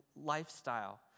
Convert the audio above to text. lifestyle